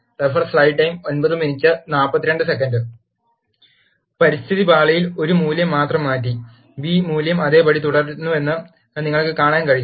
പരിസ്ഥിതി പാളിയിൽ ഒരു മൂല്യം മാത്രം മാറ്റി ബി മൂല്യം അതേപടി തുടരുന്നുവെന്ന് നിങ്ങൾക്ക് കാണാൻ കഴിയും